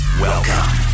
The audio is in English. Welcome